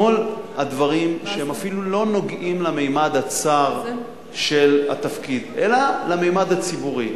כל הדברים שהם אפילו לא נוגעים לממד הצר של התפקיד אלא לממד הציבורי,